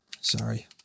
Sorry